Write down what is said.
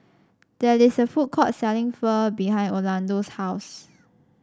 there is a food court selling Pho behind Orlando's house